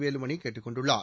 வேலுமணி கேட்டுக் கொண்டுள்ளார்